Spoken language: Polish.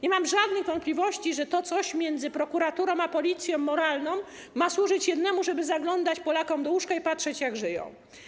Nie mam żadnych wątpliwości, że to coś między prokuraturą a policją moralną i ma służyć jednemu - żeby zaglądać Polakom do łóżka i patrzeć, jak żyją.